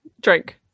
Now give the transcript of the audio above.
drink